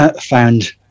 found